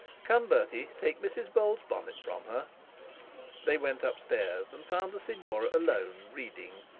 come, bertie, take mrs bold's bonnet from her they went up stairs, and found the signora alone, reading.